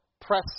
press